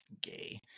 Gay